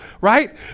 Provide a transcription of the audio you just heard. right